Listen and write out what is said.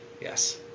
Yes